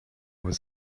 was